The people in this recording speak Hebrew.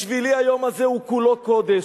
בשבילי היום הזה הוא כולו קודש.